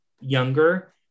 younger